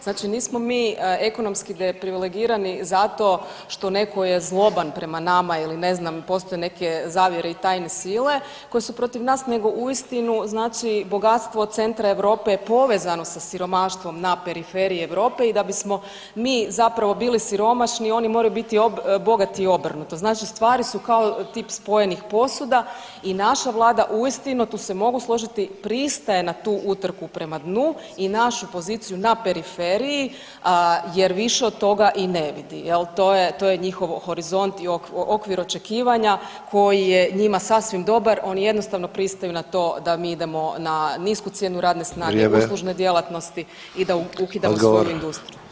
Znači nismo mi ekonomski deprivilegirani zato što netko je zloban prema nama ili ne znam postoje neke zavjere i tajne sile koje su protiv nas nego uistinu znači bogatstvo centra Europe je povezano sa siromaštvom na periferiji Europe i da bismo mi zapravo bili siromašni oni moraju biti bogati i obrnuto, znači stvari su kao tip spojenih posuda i naša vlada uistinu, tu se mogu složiti, pristaje na tu utrku prema dnu i našu poziciju na periferiji jer više od toga i ne vidi jel, to je, to je njihov horizont i okvir očekivanja koji je njima sasvim dobar, oni jednostavno pristaju na to da mi idemo na nisku cijenu radne snage uslužne djelatnosti i da ukidamo svoju industriju.